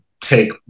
take